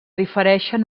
difereixen